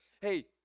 hey